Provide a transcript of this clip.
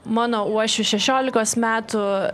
mano uošvį šešiolikos metų